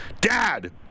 Dad